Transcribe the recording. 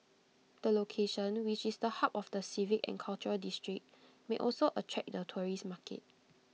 the location which is the hub of the civic and cultural district may also attract the tourist market